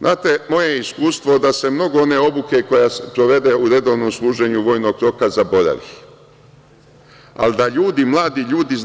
Znate, moje je iskustvo da se mnogo one obuke koja se uvodi u redovno služenje vojnog roka zaboravi, ali mladi ljudi